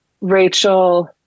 Rachel